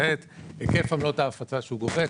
היקף עמלות ההפצה שהוא גובה,